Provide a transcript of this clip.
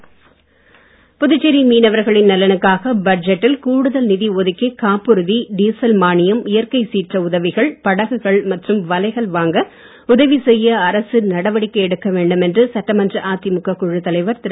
மீனவர் நலன் புதுச்சேரி மீனவர்களின் நலனுக்காக பட்ஜெட்டில் கூடுதல் நிதி ஒதுக்கி காப்புறுதி டீசல் மானியம் இயற்கை சீற்ற உதவிகள் படகுகள் மற்றும்வலைகள் வாங்க உதவி செய்ய அரசு நடவடிக்கை எடுக்க வேண்டும் என்று சட்டமன்ற அதிமுக குழுத் தலைவர் திரு